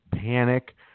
panic